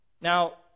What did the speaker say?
Now